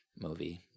movie